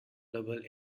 double